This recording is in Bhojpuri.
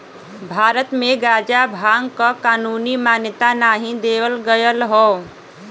भारत में गांजा भांग क कानूनी मान्यता नाही देवल गयल हौ